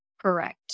Correct